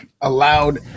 allowed